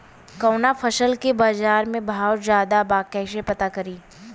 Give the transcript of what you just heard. कवना फसल के बाजार में भाव ज्यादा बा कैसे पता करि?